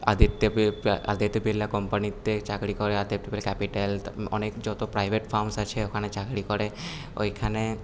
আদিত্য আদিত্য বিড়লা কোম্পানিতে চাকরি করে ক্যাপিটাল অনেক যত প্রাইভেট ফার্মস আছে ওখানে চাকরি করে ওইখানে